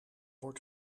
wordt